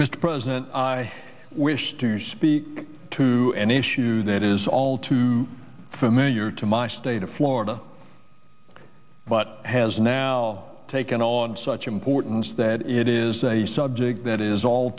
mr president i wish to speak to any issue that is all too familiar to my state of florida but has now taken on such importance that it is a subject that is all